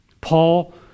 Paul